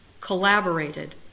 Collaborated